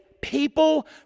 people